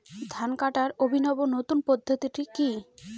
ধান কাটার অভিনব নতুন পদ্ধতিটি কি?